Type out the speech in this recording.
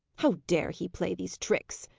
how dare he play these tricks?